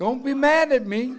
don't be mad at me